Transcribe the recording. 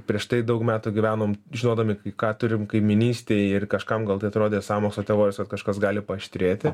prieš tai daug metų gyvenom žinodami ką turim kaimynystėj ir kažkam gal tai atrodė sąmokslo teorijos vat kažkas gali paaštrėti